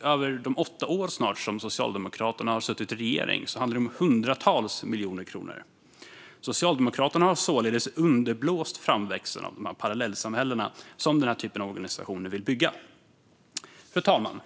Över de snart åtta år Socialdemokraterna har suttit i regering handlar det om hundratals miljoner kronor. Socialdemokraterna har således underblåst framväxten av de parallellsamhällen som denna typ av organisationer vill bygga. Fru talman!